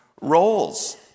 roles